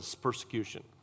persecution